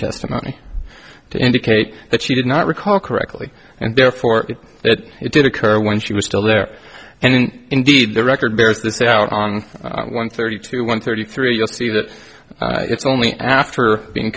testimony to indicate that she did not recall correctly and therefore that it did occur when she was still there and indeed the record bears this out on one thirty two one thirty three you'll see that it's only after being